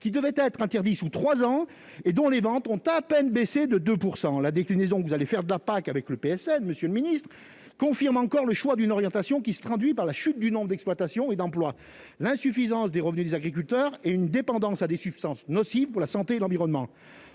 qui devait être interdit, sous 3 ans et dont les ventes ont à peine baissé de 2 % la déclinaison que vous allez faire, ne pas qu'avec le PSN, Monsieur le Ministre, confirme encore le choix d'une orientation qui se traduit par la chute du nombre d'exploitations et d'emplois, l'insuffisance des revenus des agriculteurs et une dépendance à des substances nocives pour la santé et l'environnement